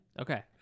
Okay